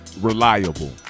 reliable